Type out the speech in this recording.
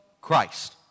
Christ